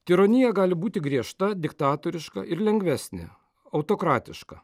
tironija gali būti griežta diktatoriška ir lengvesnė autokratiška